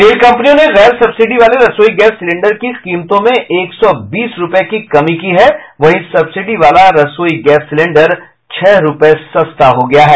तेल कंपनियों ने गैर सब्सिडी वाले रसोई गैस सिलेंडर की कीमतों में एक सौ बीस रुपए की कमी की है वहीं सब्सिडी वाला रसोई गैस सिलेंडर छह रुपए सस्ता हुआ है